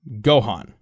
gohan